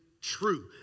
true